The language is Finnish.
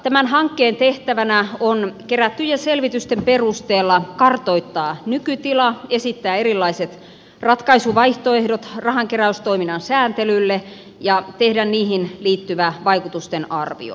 tämän hankkeen tehtävänä on kerättyjen selvitysten perusteella kartoittaa nykytila esittää erilaiset ratkaisuvaihtoehdot rahankeräystoiminnan sääntelylle ja tehdä niihin liittyvä vaikutusten arviointi